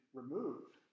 removed